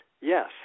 Yes